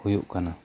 ᱦᱳᱭᱳᱜ ᱠᱟᱱᱟ